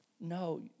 No